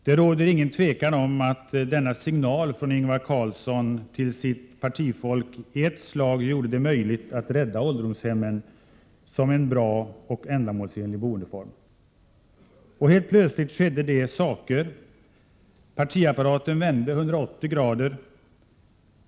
Det råder inget tvivel om att denna signal från Ingvar Carlsson till partifolket i ett slag gjorde det möjligt att rädda ålderdomshemmen som en bra och ändamålsenlig boendeform. Och helt plötsligt skedde det saker. Partiapparaten vände 180 grader.